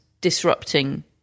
disrupting